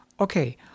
Okay